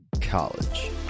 college